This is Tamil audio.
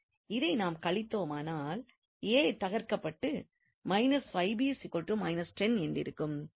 இதை நாம் கழித்தோமானால் தகர்க்கப்பட்டு என்றிருக்கும்